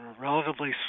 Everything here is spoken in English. relatively